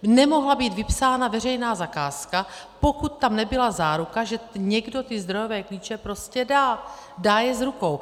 Nemohla být vypsána veřejná zakázka, pokud tam nebyla záruka, že někdo ty zdrojové klíče prostě dá, dá je z rukou.